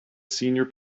senior